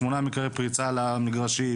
שמונה אירועי פריצה למגרשים,